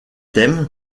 thème